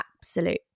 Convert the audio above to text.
absolute